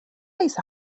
ليس